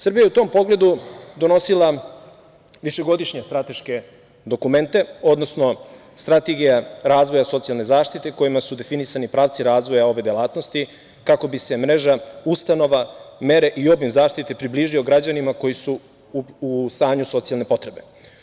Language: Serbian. Srbija je u tom pogledu donosila višegodišnje strateške dokumente, odnosno strategija razvoja socijalne zaštite, kojima su definisani pravci razvoja ove delatnosti, kako bi se mreža ustanova, mere i obim zaštite približio građanima koji su u stanju socijalne potrebe.